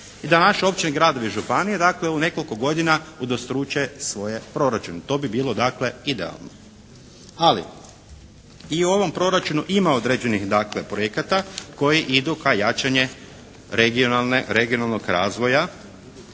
i da naše općine, gradovi i županije dakle u nekoliko godina udvostruče svoje proračune. To bi bilo dakle idealno. Ali i u ovom proračunu ima određenih dakle projekata koji idu ka jačanju regionalne, regionalnog